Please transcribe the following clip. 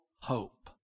hope